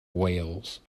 wales